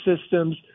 systems